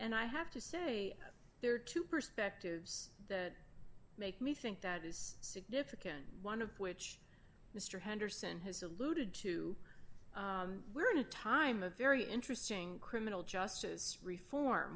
and i have to say there are two perspectives that make me think that is significant one of which mr henderson has alluded to we're in a time of very interesting criminal justice reform